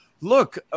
look